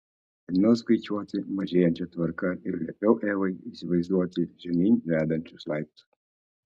ėmiau skaičiuoti mažėjančia tvarka ir liepiau evai įsivaizduoti žemyn vedančius laiptus